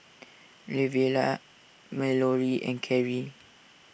Lavelle Mallory and Kerry